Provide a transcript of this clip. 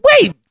wait